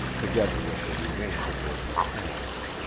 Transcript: together with the remains of their repast.